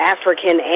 African